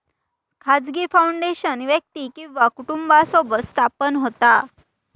खाजगी फाउंडेशन व्यक्ती किंवा कुटुंबासोबत स्थापन होता